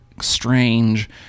strange